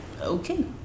okay